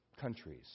countries